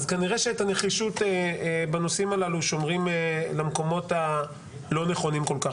אז כנראה שאת הנחישות בנושאים הללו שומרים למקומות הלא נכונים כל כך,